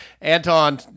Anton